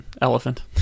elephant